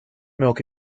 milk